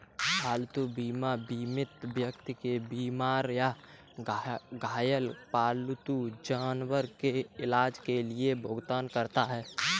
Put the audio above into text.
पालतू बीमा बीमित व्यक्ति के बीमार या घायल पालतू जानवर के इलाज के लिए भुगतान करता है